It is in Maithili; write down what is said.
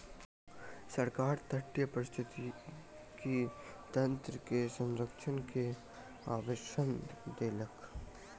सरकार तटीय पारिस्थितिकी तंत्र के संरक्षण के आश्वासन देलक